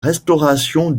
restauration